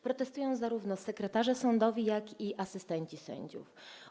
Protestują zarówno sekretarze sądowi, jak i asystenci sędziów.